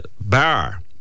bar